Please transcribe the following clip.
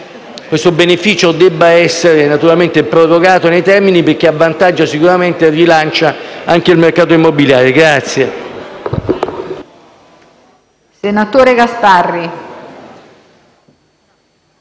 questo beneficio debba essere prorogato nei termini perché avvantaggia e sicuramente rilancia anche il mercato immobiliare.